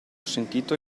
sentito